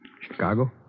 Chicago